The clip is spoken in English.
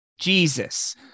Jesus